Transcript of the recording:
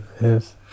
Yes